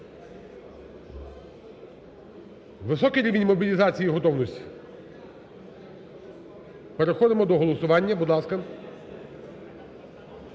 Високий рівень мобілізації і готовності? Переходимо до голосування. Будь ласка.